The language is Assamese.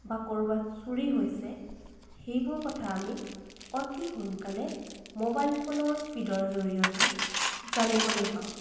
বা ক'ৰবাত চুৰী হৈছে সেইবোৰ কথা আমি অতি সোনকালে মোবাইল ফোনৰ ফীডৰ জৰিয়তে জানিবলৈ পাওঁ